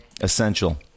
essential